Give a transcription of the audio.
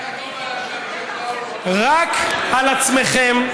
רק על עצמכם,